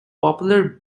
popular